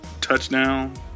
touchdown